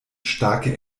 starke